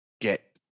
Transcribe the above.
get